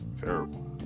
terrible